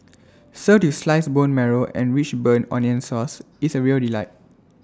served with sliced bone marrow and rich burnt onion sauce it's A real delight